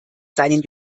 seinen